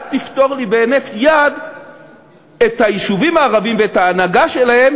אל תפטור לי בהינף יד את היישובים הערביים ואת ההנהגה שלהם